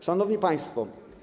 Szanowni Państwo!